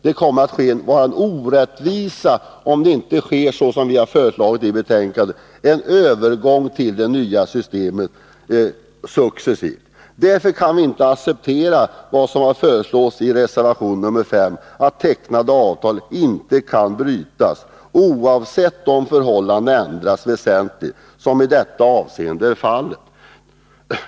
Det kommer att uppstå orättvisor om det inte, såsom vi har föreslagit i betänkandet, sker en successiv övergång till det nya systemet. Därför kan vi inte acceptera vad som föreslås i reservation 5, att tecknade avtal inte kan brytas, oavsett om förhållandena ändras väsentligt, som i detta avseende är fallet.